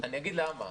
אני אגיד למה.